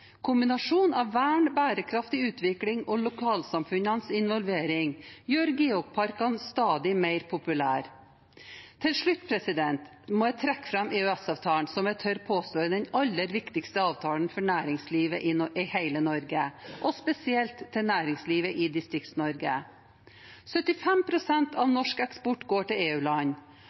Kombinasjon av vern, bærekraftig utvikling og lokalsamfunnenes involvering gjør geoparkene stadig mer populære. Til slutt må jeg trekke fram EØS-avtalen, som jeg tør påstå er den aller viktigste avtalen for næringslivet i hele Norge, og spesielt for næringslivet i Distrikts-Norge. 75 pst. av norsk eksport går til